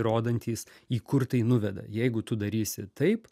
rodantys į kur tai nuveda jeigu tu darysi taip